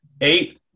Eight